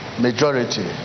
Majority